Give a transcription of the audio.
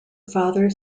father